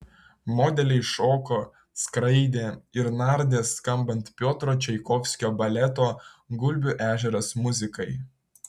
modeliai šoko skraidė ir nardė skambant piotro čaikovskio baleto gulbių ežeras muzikai